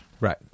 right